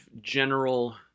general